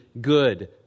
good